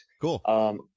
cool